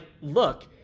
look